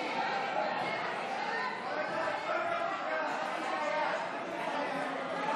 52), נתקבל.